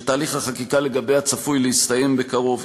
ותהליך החקיקה לגביה צפוי להסתיים בקרוב.